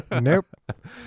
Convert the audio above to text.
Nope